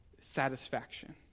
satisfaction